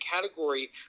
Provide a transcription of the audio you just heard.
category